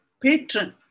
patron